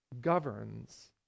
governs